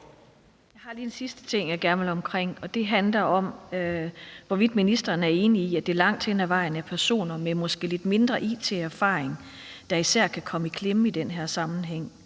Jeg vil gerne lige omkring en sidste ting, der handler om, hvorvidt ministeren er enig i, at det langt hen ad vejen er personer med måske lidt mindre it-erfaring, der især kan komme i klemme i den her sammenhæng.